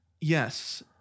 Yes